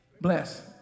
Bless